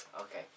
Okay